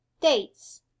dates